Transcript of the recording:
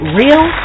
real